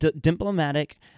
diplomatic